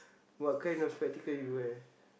what kind of spectacle you wear